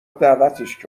دعوتش